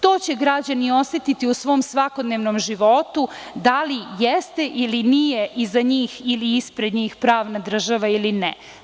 To će građani osetiti u svom svakodnevnom životu - da li jeste ili nije iza njih ili ispred njih pravna država ili ne?